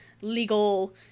legal